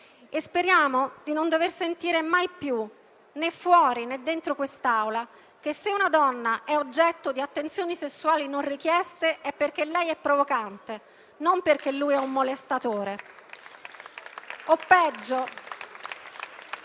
Speriamo di non dover sentire mai più - né fuori né dentro quest'Aula - che, se una donna è oggetto di attenzioni sessuali non richieste, è perché lei è provocante, non perché lui è un molestatore